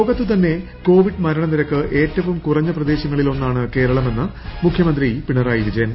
ലോകത്തു തന്നെ കോവിഡ് മരണ നിരക്ക് ഏറ്റവും കുറഞ്ഞ പ്രദേശങ്ങളിൽ ഒന്നാണ് കേരളമെന്ന് മുഖ്യമന്ത്രി പിണറായി വിജയൻ